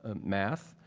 ah math,